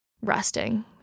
resting